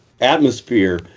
atmosphere